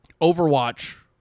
Overwatch